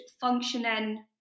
functioning